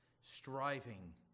Striving